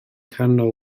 canol